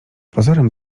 pozorem